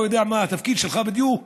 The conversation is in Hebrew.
לא יודע מה התפקיד שלך בדיוק,